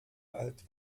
alt